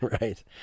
Right